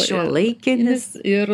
šiuolaikinis ir